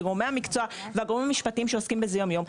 כגורמי המקצוע והגורמים המשפטיים שעוסקים בזה יום-יום,